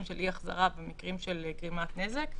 של אי-החזרה ובמקרים של גרימת נזק.